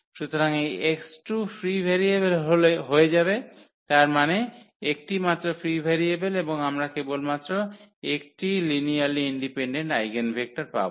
সুতরাং এই x2 free variable হয়ে যাবে তার মানে একটিইমাত্র ফ্রি ভেরিয়েবল এবং আমরা কেবলমাত্র একটিই লিনিয়ারলি ইন্ডিপেনডেন্ট আইগেনভেক্টর পাব